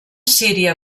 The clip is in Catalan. síria